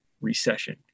recession